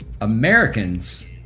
americans